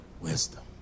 wisdom